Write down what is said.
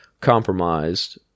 compromised